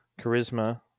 Charisma